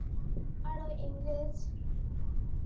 ᱟᱨᱚ ᱤᱝᱨᱮᱡᱽ